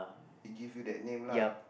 he give you that name lah